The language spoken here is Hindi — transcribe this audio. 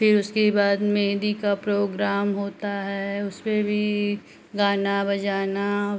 फिर उसके बाद मेहँदी का प्रोग्राम होता है उस पर भी गाना बजाना